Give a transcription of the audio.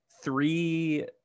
three